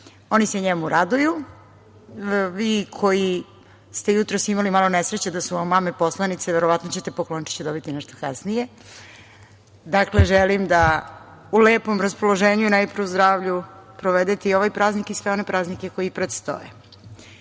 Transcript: oni se njemu raduju. Vi koji ste jutros imali nesreću da su vam mame poslanice, verovatno ćete poklončiće dobiti nešto kasnije. Dakle, želim da u lepom raspoloženju i najpre u zdravlju, provedete i ovaj praznik i sve praznike koji predstoje. Kao